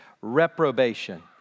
reprobation